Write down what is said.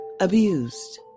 abused